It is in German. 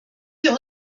wir